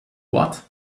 what